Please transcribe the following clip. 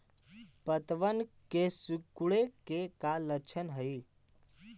पत्तबन के सिकुड़े के का लक्षण हई?